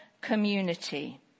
community